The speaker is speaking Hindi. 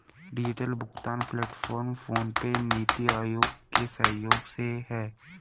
डिजिटल भुगतान प्लेटफॉर्म फोनपे, नीति आयोग के सहयोग से है